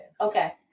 Okay